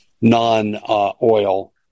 non-oil